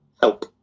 help